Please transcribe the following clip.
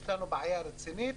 יש לנו בעיה רצינית